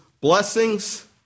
blessings